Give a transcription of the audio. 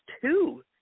two